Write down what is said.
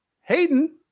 Hayden